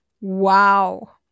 Wow